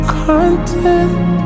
content